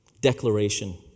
Declaration